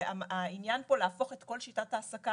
העניין פה להפוך את כל שיטת ההעסקה,